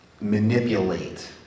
manipulate